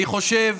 אני חושב